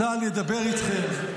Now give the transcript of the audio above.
צה"ל ידבר אתכם.